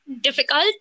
difficult